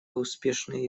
успешные